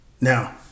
Now